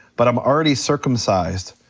but i'm already circumcised,